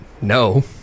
no